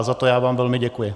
Za to vám velmi děkuji.